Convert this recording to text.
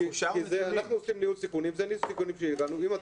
אנחנו עושים ניהול סיכונים ואם אתה